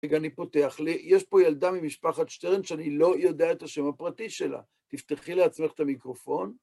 רגע, אני פותח לי, יש פה ילדה ממשפחת שטרן, שאני לא יודע את השם הפרטי שלה. תפתחי לעצמך את המיקרופון.